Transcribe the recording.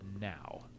now